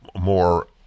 more